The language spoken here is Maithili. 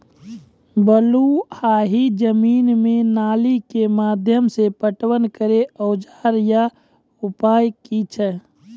बलूआही जमीन मे नाली के माध्यम से पटवन करै औजार या उपाय की छै?